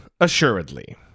assuredly